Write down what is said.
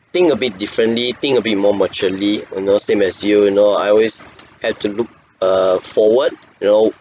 think a bit differently think a bit more maturely you know same as you you know I always have to look err forward you know